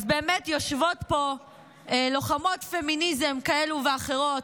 אז באמת יושבות פה לוחמות פמיניזם כאלה ואחרות,